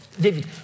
David